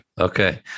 Okay